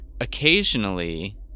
Occasionally